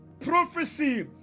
prophecy